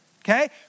okay